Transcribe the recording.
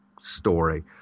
story